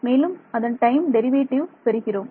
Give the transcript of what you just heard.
மேலும் அதன் time derivative பெறுகிறோம்